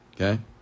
okay